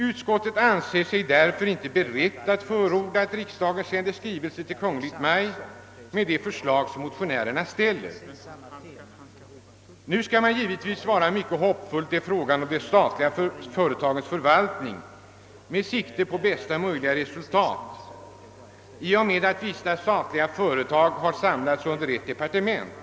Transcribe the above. Utskottet anser sig därför inte berett att förorda att riksdagen sänder en skrivelse till Kungl. Maj:t i enlighet med det förslag som motionärerna ställer. Man skall givetvis vara mycket hoppfull vad gäller de statliga företagens förvaltning med sikte på bästa möjliga resultat i och med att vissa statliga företag samlas under ett departement.